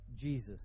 Jesus